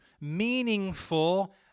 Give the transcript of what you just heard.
meaningful